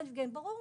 זה ברור.